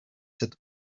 sept